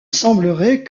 semblerait